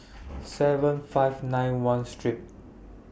seven five nine one Street